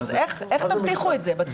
אז איך תבטיחו את זה בתקופה הקרובה?